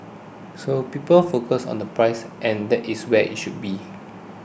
so people focus on the price and that is where it should be